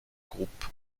groupe